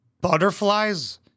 butterflies